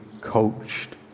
coached